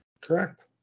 Correct